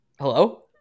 hello